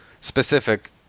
specific